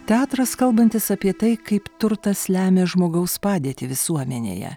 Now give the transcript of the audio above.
teatras kalbantis apie tai kaip turtas lemia žmogaus padėtį visuomenėje